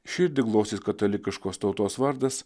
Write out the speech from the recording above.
širdį glostys katalikiškos tautos vardas